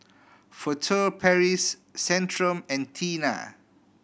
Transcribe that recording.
Furtere Paris Centrum and Tena